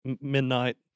midnight